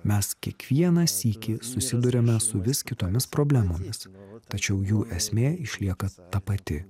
mes kiekvieną sykį susiduriame su vis kitomis problemomis tačiau jų esmė išlieka ta pati